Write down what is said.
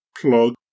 plug